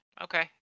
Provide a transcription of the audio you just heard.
okay